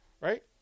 Right